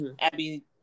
Abby